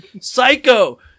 Psycho